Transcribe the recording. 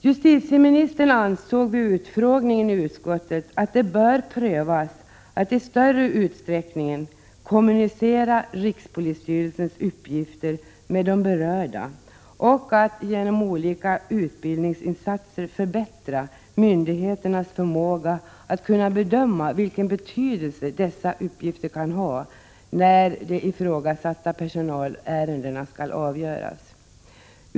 Justitieministern ansåg vid utfrågningen i utskottet, att det bör prövas att i större utsträckning kommunicera rikspolisstyrelsens uppgifter till de berörda och att genom olika utbildningsinsatser förbättra myndigheternas förmåga att bedöma vilken betydelse dessa uppgifter kan ha, när de ifrågasatta personalärendena skall avgöras.